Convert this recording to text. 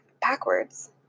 backwards